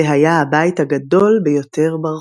זה היה הבית הגדול ביותר ברחוב.